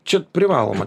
čia privaloma